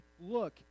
look